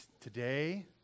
Today